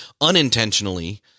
unintentionally